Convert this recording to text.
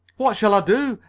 what shall i do?